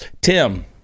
Tim